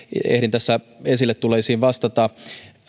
ehdin tässä esille tulleisiin vastata